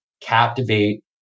captivate